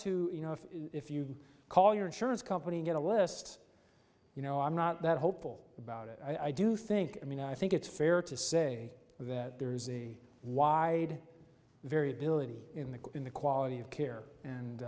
to you know if if you call your insurance company and get a list you know i'm not that hopeful about it i do think i mean i think it's fair to say that there is a wide variability in the in the quality of care and